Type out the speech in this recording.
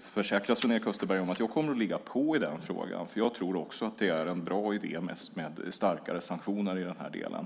försäkra Sven-Erik Österberg om att jag kommer att ligga på i den frågan, för jag tror också att det är en bra idé med starkare sanktioner här.